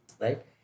right